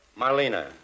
Marlena